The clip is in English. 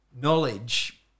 Knowledge